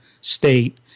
state